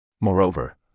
Moreover